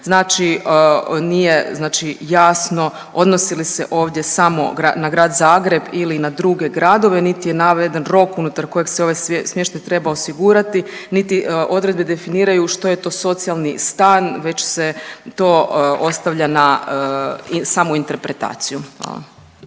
Znači nije jasno odnosi li se ovdje samo na grad Zagreb ili na druge gradove, niti je naveden rok unutar kojeg se ovaj smještaj treba osigurati, niti odredbe definiraju što je to socijalni stan već se to ostavlja na samu interpretaciju.